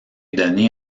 donné